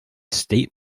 state